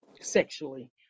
sexually